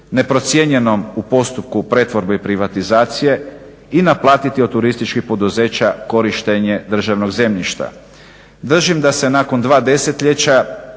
neprocijenjenom u postupku pretvorbe i privatizacije i naplatiti od turističkih poduzeća korištenje državnog zemljišta. Držim da se nakon dva desetljeća